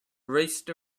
raced